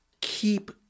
keep